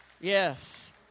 yes